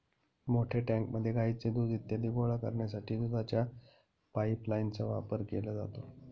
मोठ्या टँकमध्ये गाईचे दूध इत्यादी गोळा करण्यासाठी दुधाच्या पाइपलाइनचा वापर केला जातो